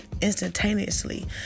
instantaneously